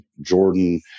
Jordan